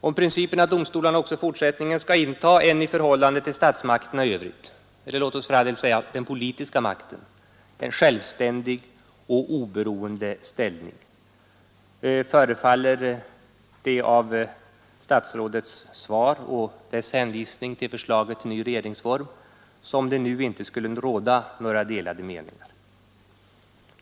Om principen att domstolarna även i fortsättningen skall inta en i förhållande till statsmakterna i övrigt — eller låt oss säga den politiska makten — självständig och oberoende ställning, förefaller det av statsrådets svar och dess hänvisning till förslaget till ny regeringsform som om det nu inte skulle råda några delade meningar.